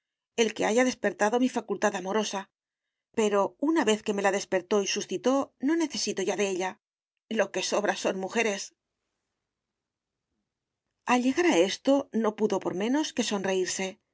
el que haya despertado mi facultad amorosa pero una vez que me la despertó y suscitó no necesito ya de ella lo que sobran son mujeres al llegar a esto no pudo por menos que sonreírse